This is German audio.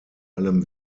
allem